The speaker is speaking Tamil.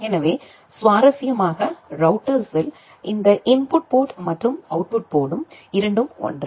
எனவே சுவாரஸ்யமாக ரௌட்டர்ஸில் இந்த இன்புட் போர்ட் மற்றும் அவுட்புட் போர்டும் இரண்டும் ஒன்றே